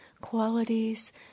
Qualities